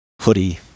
hoodie